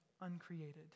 uncreated